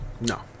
No